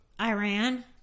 iran